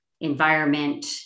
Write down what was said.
environment